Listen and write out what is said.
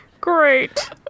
Great